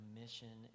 mission